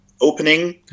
opening